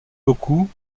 beaucoup